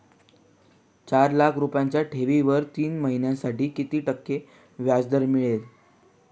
चार लाख रुपयांच्या ठेवीवर तीन महिन्यांसाठी किती टक्के व्याजदर मिळेल?